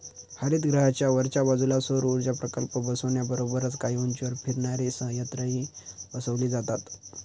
हरितगृहाच्या वरच्या बाजूला सौरऊर्जा प्रकल्प बसवण्याबरोबरच काही उंचीवर फिरणारे संयंत्रही बसवले जातात